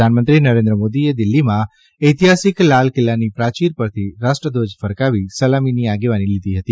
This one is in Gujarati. પ્રધાનમંત્રી નરેન્દ્ર મોદીએ દિલ્હીમાં ચૈતિહાસીક લાલકિલ્લાની પ્રાચીર પરથી રાષ્ટ્રધ્વજ ફરકાવી સલામીની આગેવાની લીધી હતી